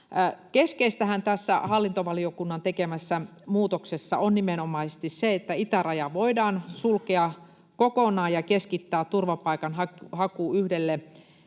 Keskeistähän tässä hallintovaliokunnan tekemässä muutoksessa on nimenomaisesti se, että itäraja voidaan sulkea kokonaan ja keskittää turvapaikanhaku yhdelle